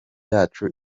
yacu